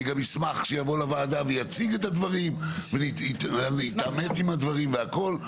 אני גם אשמח שהוא יבוא לוועדה ויציג את הדברים ונתעמת עם הדברים והכול.